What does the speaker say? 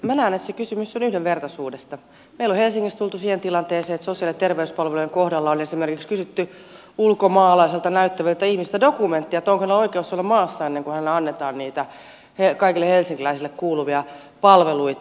meillä on helsingissä tultu siihen tilanteeseen että sosiaali ja terveyspalvelujen kohdalla on esimerkiksi kysytty ulkomaalaiselta näyttäviltä ihmisiltä dokumenttia että onko heillä oikeus olla maassa ennen kuin heille annetaan niitä kaikille helsinkiläisille kuuluvia palveluita